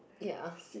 ya